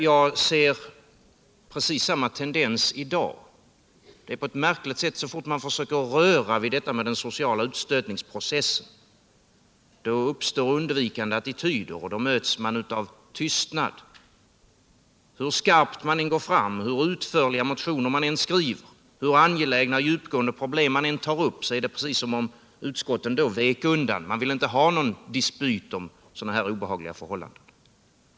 Jag ser precis samma tendens i dag. Det är märkligt att så snart man försöker röra vid detta med den sociala utstötningsprocessen uppstår undvikande attityder, och då möts man av tystnad. Hur skarpt man än går fram, hur utförliga motioner man än skriver, hur angelägna och djupgående problem man än tar upp, så är det precis som om utskottet då vek undan. Man vill inte ha någon dispyt om sådana här obehagliga förhållanden.